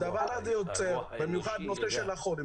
הדבר הזה יוצר בעניין הזה של החול,